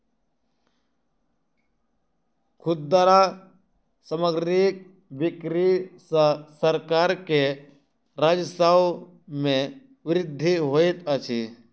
खुदरा सामग्रीक बिक्री सॅ सरकार के राजस्व मे वृद्धि होइत अछि